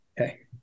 Okay